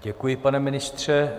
Děkuji, pane ministře.